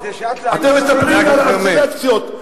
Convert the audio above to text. אתם מספרים על סלקציות.